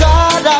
God